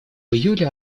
июле